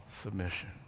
submission